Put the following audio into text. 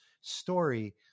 story